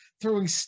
throwing